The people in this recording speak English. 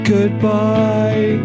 Goodbye